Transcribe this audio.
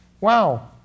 Wow